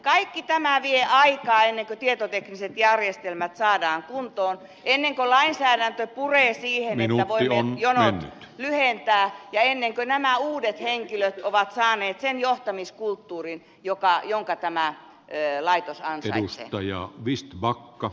kaikki tämä vie aikaa ennen kuin tietotekniset järjestelmät saadaan kuntoon ennen kuin lainsäädäntö puree siihen että voimme jonot lyhentää ja ennen kuin nämä uudet henkilöt ovat saaneet sen johtamiskulttuurin jonka tämä laitos ansaitsee